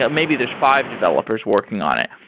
ah maybe there's five developers working on it,